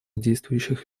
действующих